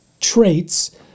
traits